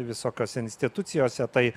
visokiose institucijose tai